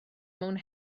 mewn